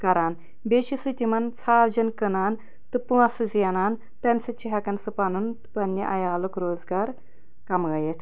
کران بیٚیہِ چھُ سُہ تِمَن ژھاوجٮ۪ن کٕنان تہٕ پۅنٛسہٕ زینان تَمہِ سۭتۍ چھُ ہٮ۪کان سُہ پَنُن پَنٕنہِ عیالُک روزگار کَمٲوِتھ